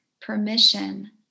permission